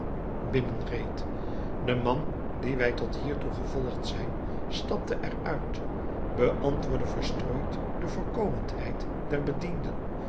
binnenreed de man dien wij tot hiertoe gevolgd zijn stapte er uit beantwoordde verstrooid de voorkomendheid der bedienden